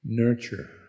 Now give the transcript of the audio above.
nurture